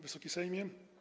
Wysoki Sejmie!